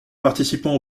participant